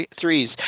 threes